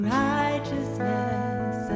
righteousness